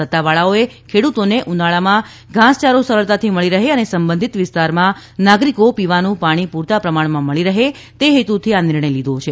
સત્તાવાળાઓએ ખેડૂતોને ઉનાળામાં ઘાસચારો સરળતાથી મળી રહે અને સંબંધિત વિસ્તારના નાગરિકો પીવાનું પાણી પૂરતાં પ્રમાણમાં મળી રહે તે હેતુથી આ નિર્ણય લીધો છે